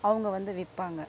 அவங்க வந்து விற்பாங்க